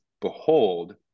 behold